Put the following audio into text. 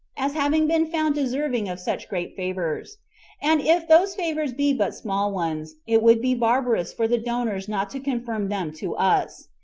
as having been found deserving of such great favors and if those favors be but small ones, it would be barbarous for the donors not to confirm them to us.